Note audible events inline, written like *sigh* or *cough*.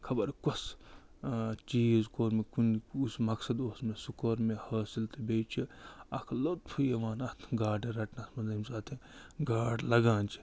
خبر کۄس چیٖز کوٚر مےٚ *unintelligible* کُس مقصد اوس مےٚ سُہ کوٚر مےٚ حٲصِل تہٕ بیٚیہِ چھِ اَکھ لُطف یوان اَتھ گاڈٕ رٹَنَس منٛز ییٚمہِ ساتہٕ تہِ گاڈ لگان چھِ